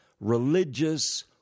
religious